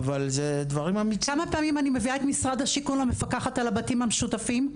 כמה פעמים אני מביאה את משרד השיכון למפקחת על הבתים המשותפים.